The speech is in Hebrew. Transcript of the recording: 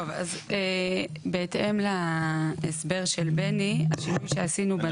טוב אז בהתאם להסבר של בני, השינוי שעשינו בנוסח.